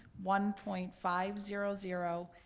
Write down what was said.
one point five zero zero.